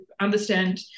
understand